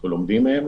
אנחנו לומדים מהן,